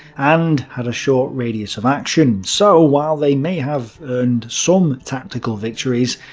and had a short radius of action. so while they may have earned some tactical victories,